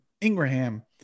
Ingraham